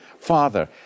father